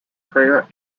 prayer